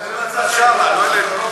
תדבר לצד שם, לא לפה.